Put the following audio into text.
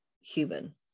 human